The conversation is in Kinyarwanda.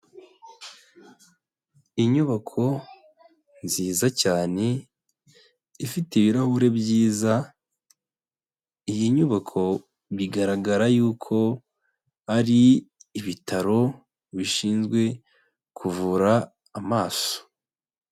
Inyubako nziza cyane ifite ibirahuri byiza, iyi nyubako bigaragara y'uko ari ibitaro bishinzwe kuvura amaso.